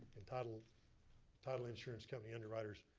and title title insurance company underwriters